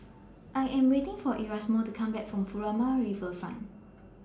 I Am waiting For Erasmo to Come Back from Furama Riverfront